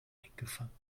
eingefangen